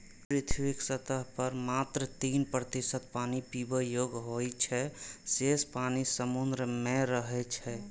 पृथ्वीक सतह पर मात्र तीन प्रतिशत पानि पीबै योग्य होइ छै, शेष पानि समुद्र मे रहै छै